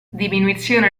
diminuzione